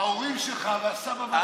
ההורים שלך והסבא והסבתא שלך,